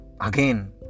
again